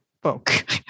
book